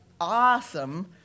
awesome